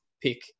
pick